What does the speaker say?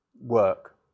work